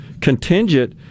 contingent